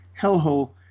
hellhole